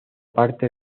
parte